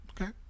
Okay